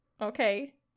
Okay